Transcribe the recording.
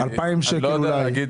אני לא יודע להגיד